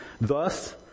thus